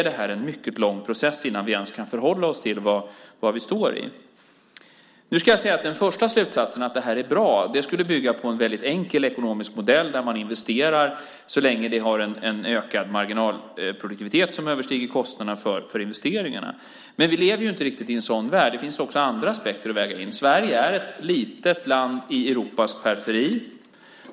Det är en mycket lång process innan vi ens kan förhålla oss till var vi står. Den första slutsatsen, att det här är bra, skulle bygga på en mycket enkel ekonomisk modell där man investerar så länge vi har en ökad marginalproduktivitet som överstiger kostnaderna för investeringarna. Men vi lever inte i en sådan värld. Det finns andra aspekter att väga in. Sverige är ett litet land i Europas periferi.